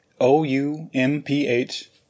o-u-m-p-h